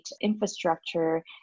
infrastructure